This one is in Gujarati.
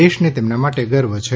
દેશને તેમના માટે ગર્વ છે